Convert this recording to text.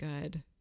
good